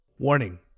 Warning